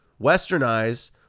westernized